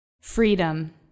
freedom